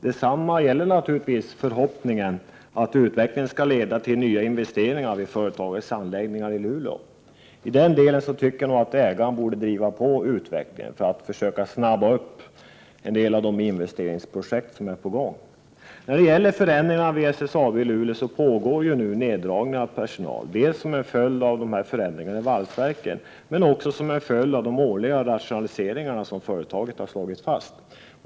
Detsamma gäller naturligtvis förhoppningen att utvecklingen skall leda till nya investeringar vid företagets anläggningar i Luleå. I den delen tycker jag att ägaren borde driva på utvecklingen för att försöka snabba upp en del av de investeringsprojekt som är på gång. När det gäller förändringarna vid SSAB i Luleå pågår ju nu neddragningar av personal, dels som en följd av förändringarna i valsverket, dels som en följd av de årliga rationaliseringar som företaget har slagit fast.